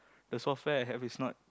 the software I have is not